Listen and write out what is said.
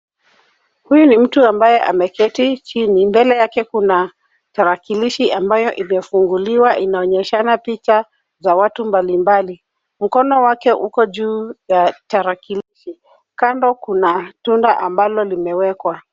Huyu ni mtu ambaye ameketi chini mbele yake kuna tarakilishi ambayo imefunguliwa inaonyeshana picha za watu mbalimbali. Mkono wake iko juu ya tarakilishi. Kando kuna tunda ambalo limewekwa.